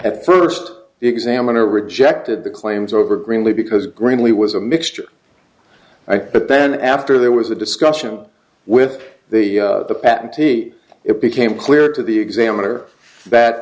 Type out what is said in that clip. at first examiner rejected the claims over greenlee because greenlee was a mixture i but then after there was a discussion with the patentee it became clear to the examiner that